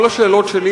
כל השאלות שלי,